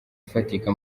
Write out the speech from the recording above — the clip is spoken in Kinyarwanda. ifatika